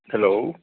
hello